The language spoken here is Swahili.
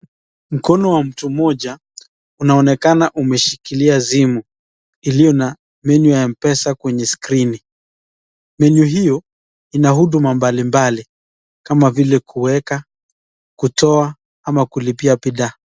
Mkono wa mtu mmoja unaonekana umeshikilia simu iliyo na menyu ya mpesa kwenye skrini. Menyu hiyo ina huduma mbali mbali kama vile kueka kutoa ama kulipia bidhaa.